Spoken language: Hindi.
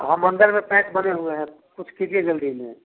हम अंदर में पैक भरे हुए हैं कुछ कीजिए जल्दी में